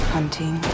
Hunting